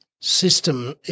system